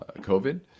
COVID